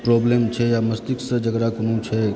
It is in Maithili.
प्रॉब्लम छै या मष्तिष्कसँ जेकरा कोनो छै